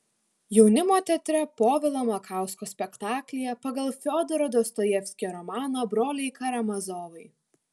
jaunimo teatre povilo makausko spektaklyje pagal fiodoro dostojevskio romaną broliai karamazovai